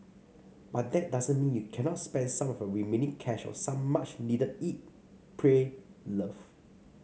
but that doesn't mean you cannot spend some of your remaining cash on some much needed eat pray love